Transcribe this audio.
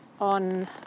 on